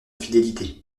fidélité